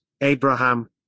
Abraham